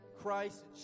Christ